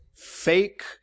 fake